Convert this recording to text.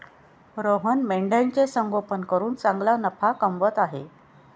रोहन मेंढ्यांचे संगोपन करून चांगला नफा कमवत आहे